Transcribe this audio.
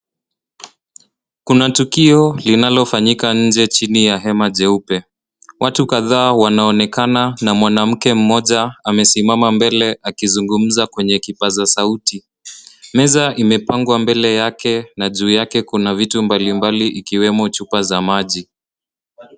Kuna tukio linalofanyika nje chini ya hema jeupe. Watu kadhaa wanaonekana na mwanamke mmoja amesimama mbele akizungumza kwenye kipaza sauti. Meza imepangwa mbele yake, na juu yake kuna vitu mbalimbali ikiwemo chupa za maji.